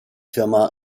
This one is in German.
firma